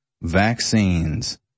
vaccines